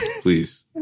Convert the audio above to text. Please